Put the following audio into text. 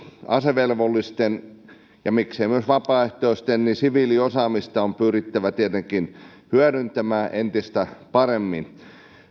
asevelvollisten ja miksei myös vapaaehtoisten siviiliosaamista on pyrittävä tietenkin hyödyntämään entistä paremmin